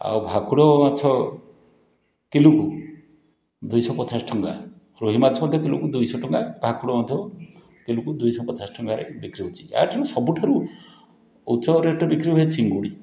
ଆଉ ଭାକୁର ମାଛ କିଲୋକୁ ଦୁଇଶହ ପଚାଶ ଟଙ୍କା ରୋହି ମାଛ କିଲୋକୁ ଦୁଇଶହ ଟଙ୍କା ଭାକୁର ମଧ୍ୟ କିଲୋକୁ ଦୁଇଶହ ପଚାଶ ଟଙ୍କାରେ ବିକ୍ରି ହେଉଛି ଏହାଠାରୁ ସବୁଠାରୁ ଉଚ୍ଚ ରେଟ୍ରେ ବିକ୍ରୀ ହୁଏ ଚିଙ୍ଗୁଡ଼ି